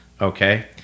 Okay